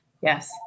Yes